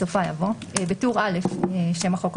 בסופה יבוא: טור א'טור ב' שם החוק או